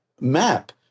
map